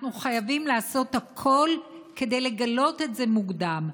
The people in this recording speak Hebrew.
אנחנו חייבים לעשות הכול כדי לגלות את זה מוקדם.